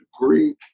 degree